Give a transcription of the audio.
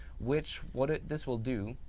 which what this will do,